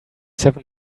seven